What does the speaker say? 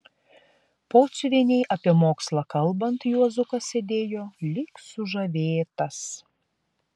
pociuvienei apie mokslą kalbant juozukas sėdėjo lyg sužavėtas